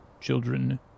children